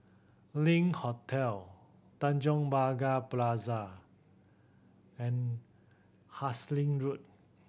Link Hotel Tanjong Pagar Plaza Hasting Road